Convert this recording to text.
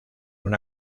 una